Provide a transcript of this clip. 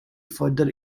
further